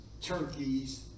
turkeys